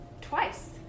twice